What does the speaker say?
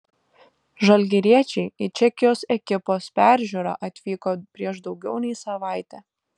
žalgiriečiai į čekijos ekipos peržiūrą atvyko prieš daugiau nei savaitę